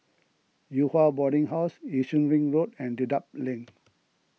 Yew Hua Boarding House Yi Shun Ring Road and Dedap Link